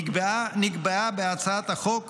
נקבע בהצעת החוק